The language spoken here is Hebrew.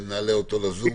אותו לזום.